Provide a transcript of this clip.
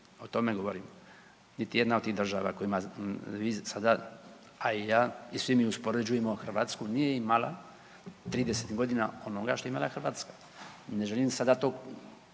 O tome govorite. Niti jedna od tih država kojima vi sada, a i ja i svi mi uspoređujemo Hrvatsku, nije imala 30 godina onoga što je imala Hrvatska. Ne želim sada to